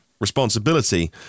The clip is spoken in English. responsibility